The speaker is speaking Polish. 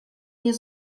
nie